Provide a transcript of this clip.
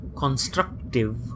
constructive